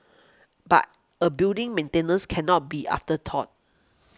but a building's maintenance can not be an afterthought